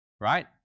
Right